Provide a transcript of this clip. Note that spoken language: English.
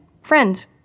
friends